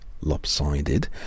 lopsided